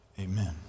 amen